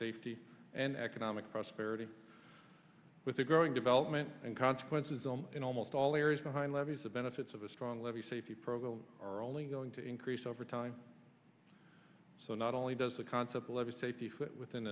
safety and economic prosperity with a growing development and consequences i'm in almost all areas behind levees the benefits of a strong levee safety program are only going to increase over time so not only does the concept of a safety fit within